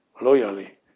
loyally